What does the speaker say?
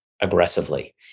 aggressively